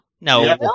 No